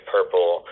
Purple